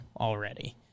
Already